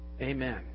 Amen